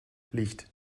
licht